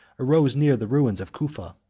arose near the ruins of cufa.